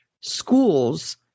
schools